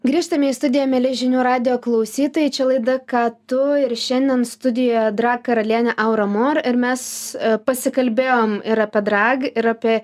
grįžtame į studiją meli žinių radijo klausytojai čia laida ką tu ir šiandien studijoje drag karalienė aura mor ir mes pasikalbėjom ir apie drag ir apie